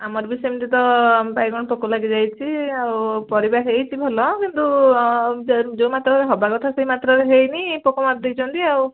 ଆମର ବି ସେମିତି ତ ବାଇଗଣ ପୋକ ଲାଗିଯାଇଛି ଆଉ ପରିବା ହେଇଛି ଭଲ କିନ୍ତୁ ଯେଉଁ ମାତ୍ରାରେ ହେବାକଥା ସେଇ ମାତ୍ରାରେ ହେଇନି ପୋକମାରି ଦେଇଛନ୍ତି ଆଉ